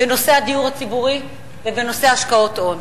בנושא הדיור הציבורי ובנושא השקעות הון.